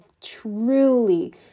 truly